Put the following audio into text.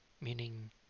Meaning